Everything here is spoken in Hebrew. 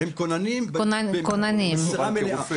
הם כוננים במשרה מלאה.